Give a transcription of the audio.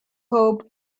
hope